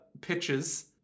pitches